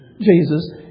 Jesus